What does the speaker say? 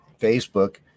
Facebook